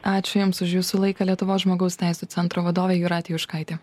ačiū jums už jūsų laiką lietuvos žmogaus teisių centro vadovė jūratė juškaitė